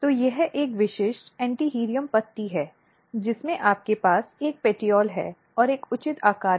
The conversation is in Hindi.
तो यह एक विशिष्ट Antirrhinum पत्ती है जिसमें आपके पास एक पेटीओल है और एक उचित आकार है